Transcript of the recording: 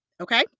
Okay